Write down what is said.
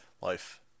Life